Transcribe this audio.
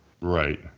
Right